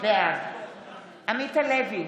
בעד עמית הלוי,